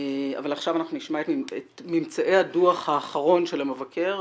עכשיו אנחנו נשמע את ממצאי הדוח האחרון של המבקר,